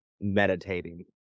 meditating